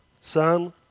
son